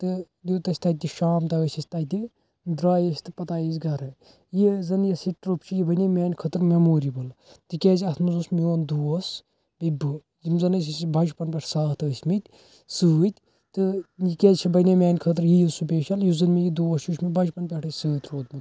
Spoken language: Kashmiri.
تہٕ دیٛت اسہِ تتہ تہِ شام تام ٲسۍ أسۍ تتہِ درٛایہِ أسۍ تہٕ پَتہٕ آے أسۍ گھرٕ یہ زن یوٚس یہِ ٹٕرٛپ چھِ یہِ بنیٚے میٛانہ خٲطرٕ میٚموریبٕل تِکیٛازِ اتھ مَنٛز اوس میٛون دوس بیٚیہِ بہٕ یم زن أسۍ ٲسۍ بچپن پٮ۪ٹھ ساتھ ٲسۍ مِتۍ سۭتۍ تہٕ یہِ کیٛازِ چھِ بنیٚے میٛانہ خٲطرٕ ییٖژ سپیشَل یُس زن مےٚ یہِ دوست چھُ یہِ چھُ مےٚ بچپن پٮ۪ٹھے سۭتۍ روٗد مُت